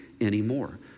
anymore